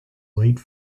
late